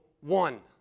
one